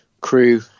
crew